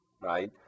right